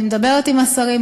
אני מדברת עם השרים,